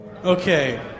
Okay